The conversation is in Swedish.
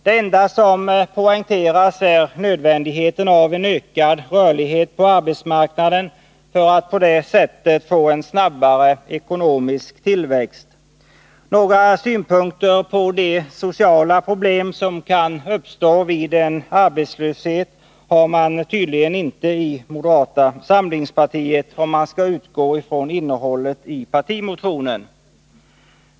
Det enda som poängteras är nödvändigheten av en ökad rörlighet på arbetsmarknaden för att uppnå en snabbare ekonomisk tillväxt. Några synpunkter på de sociala problem som kan uppstå vid arbetslöshet har man att döma av innehållet i partimotionen tydligen inte i moderata samlingspartiet.